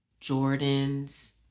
Jordans